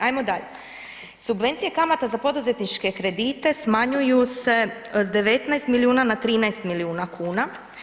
Hajmo dalje, subvencije kamata za poduzetničke kredite smanjuju se s 19 milijuna na 13 milijuna kuna.